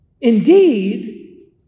Indeed